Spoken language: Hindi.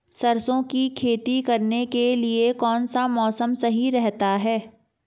सरसों की खेती करने के लिए कौनसा मौसम सही रहता है?